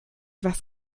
was